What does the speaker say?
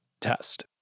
test